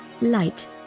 light